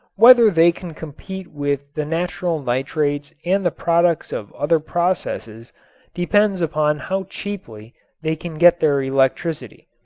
whether they can compete with the natural nitrates and the products of other processes depends upon how cheaply they can get their electricity.